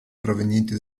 provenienti